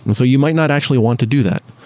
and so you might not actually want to do that.